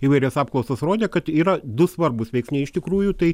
įvairios apklausos rodė kad yra du svarbūs veiksniai iš tikrųjų tai